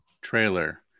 trailer